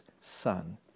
son